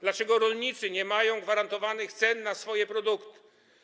Dlaczego rolnicy nie mają gwarantowanych cen na swoje produkty?